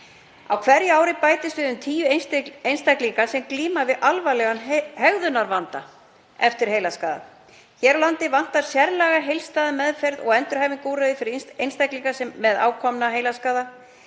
Á hverju ári bætast við um tíu einstaklingar sem glíma við alvarlegan hegðunarvanda eftir heilaskaða. Hér á landi vantar sérlega heildstæða meðferð og endurhæfingarúrræði fyrir einstaklinga með ákominn heilaskaða.